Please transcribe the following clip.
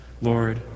Lord